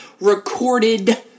recorded